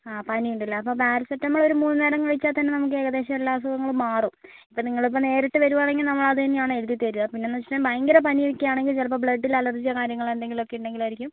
ആ പനി ഉണ്ടല്ലേ അപ്പോൾ പാരസെറ്റാമോൾ ഒരു മൂന്ന് നേരം കഴിച്ചാൽ തന്നെ നമുക്ക് ഏകദേശം എല്ലാ അസുഖങ്ങളും മാറും ഇപ്പം നിങ്ങളിപ്പം നേരിട്ട് വരുവാണെങ്കിൽ നമ്മൾ തന്നെയാണ് എഴുതി തരുക പിന്നെ എന്ന് വെച്ചിട്ടുണ്ടെങ്കിൽ ഭയങ്കര പനി ഒക്കെ ആണെങ്കിൽ ചിലപ്പം ബ്ലഡിൽ അലർജിയോ കാര്യങ്ങളോ എന്തെങ്കിലും ഒക്കെ ഉണ്ടെങ്കിലായിരിക്കും